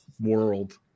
world